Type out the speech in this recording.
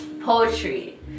poetry